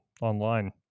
online